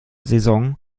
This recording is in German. saison